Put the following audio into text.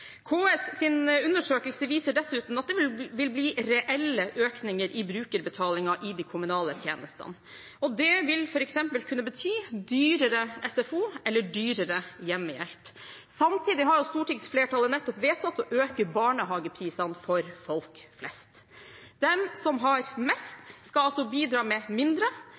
KS’ undersøkelse viser dessuten at det vil bli reelle økninger i brukerbetalingen i de kommunale tjenestene, og det vil f.eks. kunne bety dyrere SFO og dyrere hjemmehjelp. Samtidig har stortingsflertallet nettopp vedtatt å øke barnehageprisene for folk flest. De som har mest, skal altså bidra med mindre,